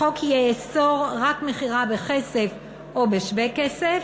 החוק יאסור רק מכירה בכסף או בשווה כסף,